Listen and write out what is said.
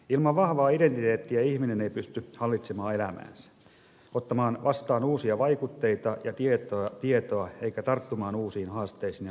ilman vahvaa identiteettiä ihminen ei pysty hallitsemaan elämäänsä ottamaan vastaan uusia vaikutteita ja tietoa eikä tarttumaan uusiin haasteisiin ja kasvamaan niiden myötä